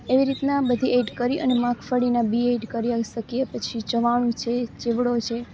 એવી રીતનાં બધી એડ કરી અને મગફળીનાં બી એડ કરી શકીએ પછી ચવાણું છે ચેવડો છે